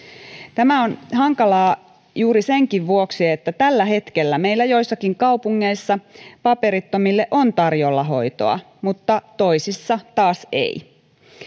tämä on hankalaa juuri senkin vuoksi että tällä hetkellä meillä joissakin kaupungeissa paperittomille on tarjolla hoitoa mutta toisissa taas ei